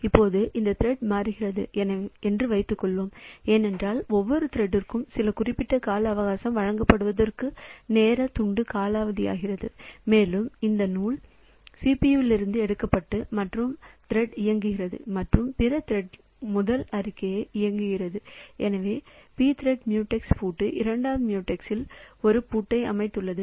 இப்போது இந்த திரெட் மாறுகிறது என்று வைத்துக்கொள்வோம் ஏனென்றால் ஒவ்வொரு திரெட்க்கும் சில குறிப்பிட்ட கால அவகாசம் வழங்கப்படுவதற்கு நேரம் துண்டு காலாவதியாகிறது மேலும் இந்த நூல் CPU இலிருந்து எடுக்கப்பட்டு மற்ற திரெட் இயங்குகிறது மற்றும் பிற திரெட் முதல் அறிக்கையை இயக்குகிறது எனவே pthread mutex பூட்டு இரண்டாவது mutex இல் ஒரு பூட்டை அமைத்துள்ளது